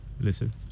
Listen